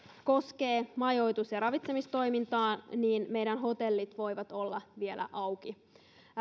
koskee majoitus ja ravitsemistoimintaa niin meidän hotellit voivat olla vielä auki